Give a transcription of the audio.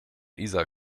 isar